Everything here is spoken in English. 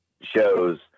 shows